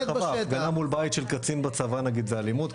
נגיד הפגנה מול בית של קצין בצבא זאת אלימות?